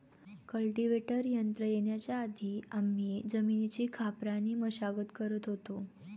cultivator यंत्र येण्याच्या आधी आम्ही जमिनीची खापराने मशागत करत होतो